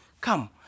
come